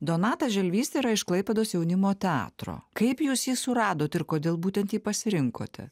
donatas želvys yra iš klaipėdos jaunimo teatro kaip jūs jį suradot ir kodėl būtent jį pasirinkote